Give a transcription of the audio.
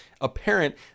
apparent